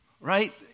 Right